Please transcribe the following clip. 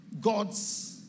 God's